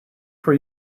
for